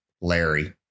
Larry